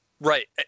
right